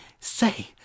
Say